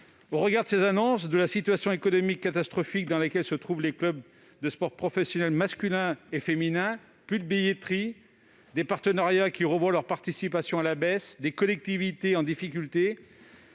Au regard de ces annonces, de la situation économique catastrophique dans laquelle se trouvent les clubs de sport professionnels masculins et féminins- plus de billetterie, des partenariats qui revoient leur participation à la baisse, des collectivités en difficulté